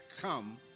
come